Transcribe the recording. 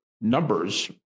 numbers